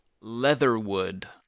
Leatherwood